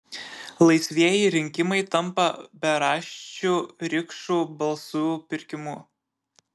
laisvieji rinkimai tampa beraščių rikšų balsų pirkimu